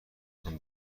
تان